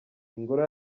ingoro